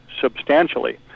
substantially